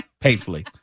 painfully